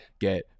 get